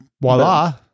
voila